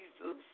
Jesus